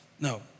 No